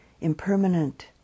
impermanent